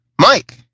Mike